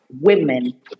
women